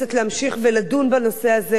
להמשיך ולדון בנושא הזה,